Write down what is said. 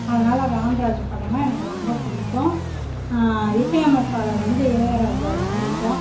அதனால் ராமராஜ் படனா எனக்கு ரொம்ப பிடிக்கும் இசையமைப்பாளர் வந்து இளையராஜாவுது பிடிக்கும்